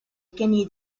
kenny